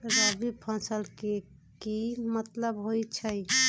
रबी फसल के की मतलब होई छई?